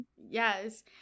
yes